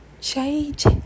change